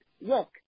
look